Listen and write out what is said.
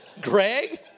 Greg